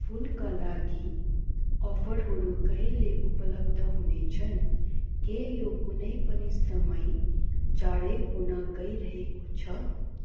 फुलका लागि अफरहरू कहिले उपलब्ध हुनेछन् के यो कुनै पनि समय चाँडै हुन गइरहेको छ